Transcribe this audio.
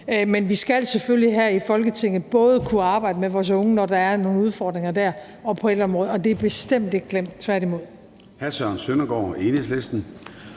Men vi skal selvfølgelig her i Folketinget både kunne arbejde med vores unge, når der er nogle udfordringer der, og på ældreområdet. Og det er bestemt ikke glemt,